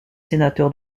sénateur